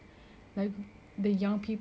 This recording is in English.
so we have to do something about it now